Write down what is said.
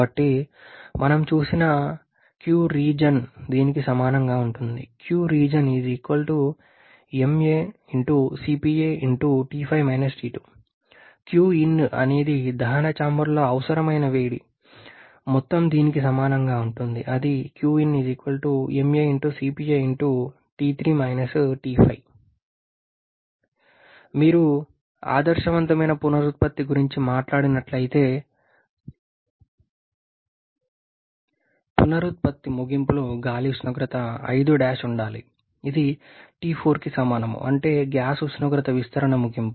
కాబట్టి మనం చూసిన qregen దీనికి సమానంగా ఉంటుంది qin అనేది దహన చాంబర్లో అవసరమైన వేడి మొత్తం దీనికి సమానంగా ఉంటుంది మీరు ఆదర్శవంతమైన పునరుత్పత్తి గురించి మాట్లాడినట్లయితే పునరుత్పత్తి ముగింపులో గాలి ఉష్ణోగ్రత 5 ఉండాలి ఇది T4కి సమానం అంటే గ్యాస్ ఉష్ణోగ్రత విస్తరణ ముగింపు